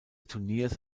turniers